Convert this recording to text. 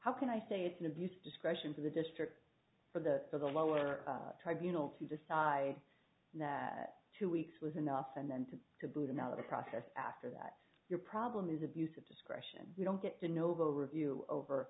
how can i say it's an abuse of discretion for the district for the for the lower tribunal to decide that two weeks was enough and then to to boot him out of the process after that your problem is abuse of discretion you don't get the novo review over